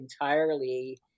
entirely